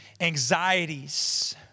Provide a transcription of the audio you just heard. anxieties